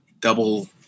double